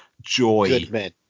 joy